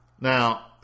Now